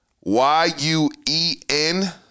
Y-U-E-N